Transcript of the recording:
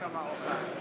אדוני,